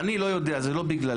אני לא יודע, זה לא בגללי.